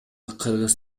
кыргыз